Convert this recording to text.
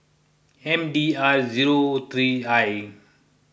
M D R zero three I